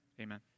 Amen